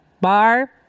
Bar